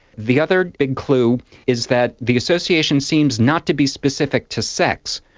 the other big clue is that the association seems not to be specific to sex,